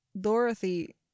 Dorothy